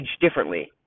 differently